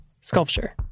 Sculpture